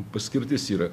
paskirtis yra